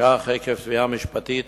שקלים עקב תביעה משפטית